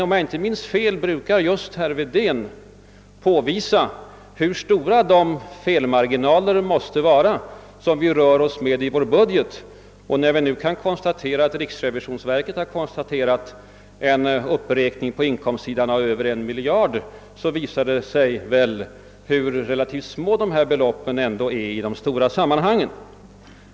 Om jag inte minns fel brukar emellertid just herr Wedén påvisa hur betydande de felmarginaler måste vara som vi rör oss med i vår budget. När vi nu finner att riksrevisionsverket har konstaterat en uppräkning på inkomstsidan med över en miljard kronor, framgår det väl hur relativt små sådana här belopp är i de stora sammanhangen.